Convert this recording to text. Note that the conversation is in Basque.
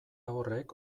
horrek